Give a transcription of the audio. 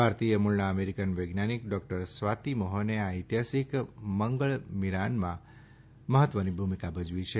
ભારતીય મૂળના અમેરિકન વૈજ્ઞાનિક ડૉક્ટર સ્વાતી મોહને આ ઐતિહાસિક મંગળ મીરાનમાં મહત્વની ભૂમિકા ભજવી છે